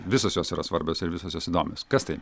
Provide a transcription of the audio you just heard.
visos jos yra svarbios ir visos jos įdomios kas tai